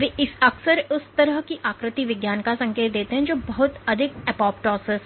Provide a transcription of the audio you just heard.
वे अक्सर इस तरह की आकृति विज्ञान का संकेत देते हैं जो बहुत अधिक एपोप्टोसिस है